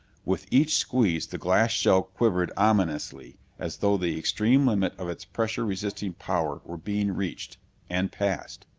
with each squeeze the glass shell quivered ominously as though the extreme limit of its pressure resisting power were being reached and passed.